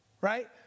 right